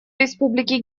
республики